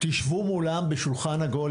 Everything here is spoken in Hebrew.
תשבו מולם בשולחן עגול,